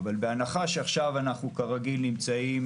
אבל בהנחה שעכשיו אנחנו כרגיל נמצאים